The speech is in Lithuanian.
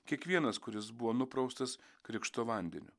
kiekvienas kuris buvo nupraustas krikšto vandeniu